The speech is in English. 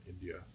India